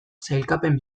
sailkapen